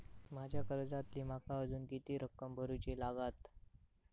माझ्या कर्जातली माका अजून किती रक्कम भरुची लागात?